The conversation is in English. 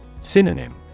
Synonym